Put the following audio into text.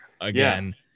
again